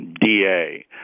DA